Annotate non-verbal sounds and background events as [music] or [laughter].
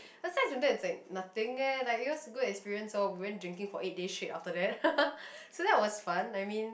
something it's like nothing eh like it was a good experience lor we went drinking for eight days straight after that [laughs] so that was fun I mean